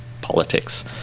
politics